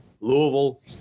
Louisville